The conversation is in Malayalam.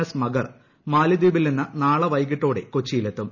എസ് മഗർ മാലിദ്വീപിൽ നിന്ന് നാളെ വൈകിട്ടോടെ കൊച്ചിയിലെത്തും